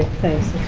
thanks,